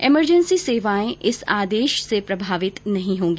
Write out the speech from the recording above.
emergency सेवाएं इस आदेश से प्रभावित नहीं होंगी